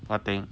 what thing